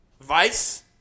Vice